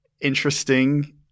interesting